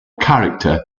character